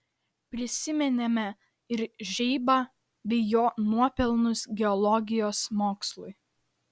prisiminėme ir žeibą bei jo nuopelnus geologijos mokslui